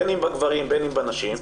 בין אם בגברים ובין אם בנשים,